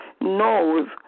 knows